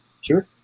Sure